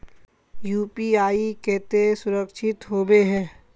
UPI केते सुरक्षित होबे है?